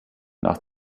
nach